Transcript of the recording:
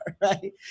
right